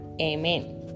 Amen